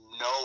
no